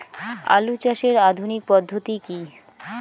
আলু চাষের আধুনিক পদ্ধতি কি?